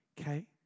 okay